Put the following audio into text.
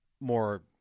more